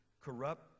corrupt